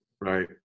right